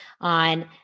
on